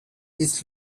his